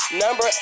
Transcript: number